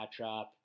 matchup